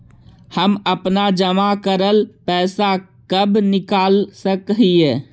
हम अपन जमा करल पैसा कब निकाल सक हिय?